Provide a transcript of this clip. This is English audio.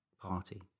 party